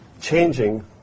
changing